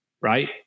Right